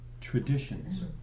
traditions